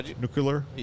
nuclear